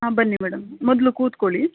ಹಾಂ ಬನ್ನಿ ಮೇಡಮ್ ಮೊದಲು ಕೂತ್ಕೋಳ್ಳಿ